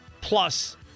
plus